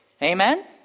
Amen